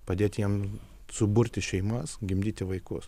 padėti jiem suburti šeimas gimdyti vaikus